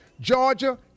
Georgia